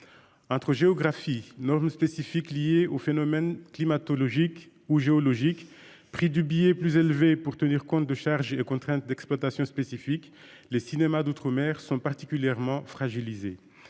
Entre géographie norme spécifique lié au phénomène climatologique ou géologiques, prix du billet plus élevé pour tenir compte de charges de contraintes d'exploitation spécifiques les cinéma d'outre-mer sont particulièrement fragilisés.